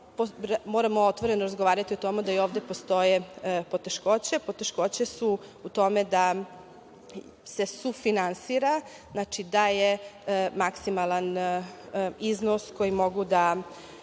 moramo otvoreno razgovarati o tome da i ovde postoje poteškoće, a poteškoće su u tome da se sufinansira, znači da je maksimalan iznos koji mogu da